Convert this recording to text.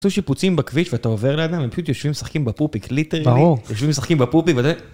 יש שיפוצים בכביש ואתה עובר לאדם, הם פשוט יושבים ומשחקים בפופיק, ליטרלי, יושבים ומשחקים בפופיק ואתה...